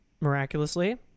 miraculously